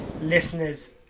listeners